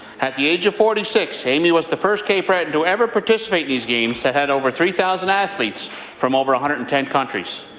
at the age of forty six, amy was the first cape bretonner to ever participate in these games that had over three thousand athletes from over one hundred and ten countries.